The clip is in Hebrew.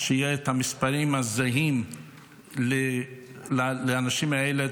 שיהיו את המספרים הזהים לאנשים האלה,